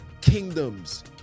kingdoms